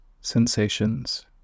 sensations